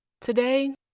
Today